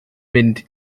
mynd